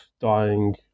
dying